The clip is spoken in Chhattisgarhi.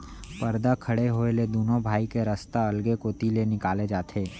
परदा खड़े होए ले दुनों भाई के रस्ता अलगे कोती ले निकाले जाथे